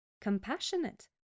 compassionate